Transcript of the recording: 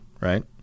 right